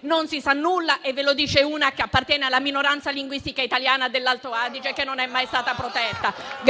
non se ne sa nulla. Ve lo dice una che appartiene alla minoranza linguistica italiana dell'Alto Adige, che non è mai stata protetta.